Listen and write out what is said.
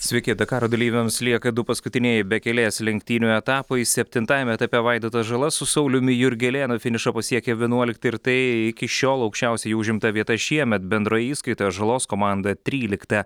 sveiki dakaro dalyviams lieka du paskutinieji bekelės lenktynių etapai septintajame etape vaidotas žala su sauliumi jurgelėnu finišą pasiekė vienuolikti ir tai iki šiol aukščiausia jų užimta vieta šiemet bendroj įskaitoje žalos komanda trylikta